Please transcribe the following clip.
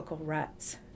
ruts